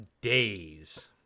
days